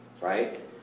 right